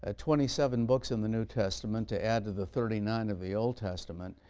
ah twenty seven books in the new testament. to add to the thirty nine of the old testament,